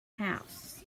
house